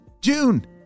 June